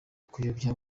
kuyobya